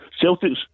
Celtic's